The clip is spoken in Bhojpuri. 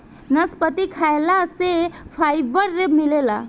नसपति खाइला से फाइबर मिलेला